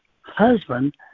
husband